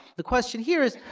the question here is,